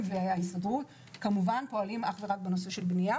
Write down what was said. וההסתדרות שכמובן פועלים אך ורק בנושא הבנייה.